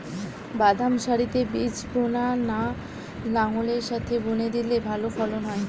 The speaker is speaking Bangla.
বাদাম সারিতে বীজ বোনা না লাঙ্গলের সাথে বুনে দিলে ভালো ফলন হয়?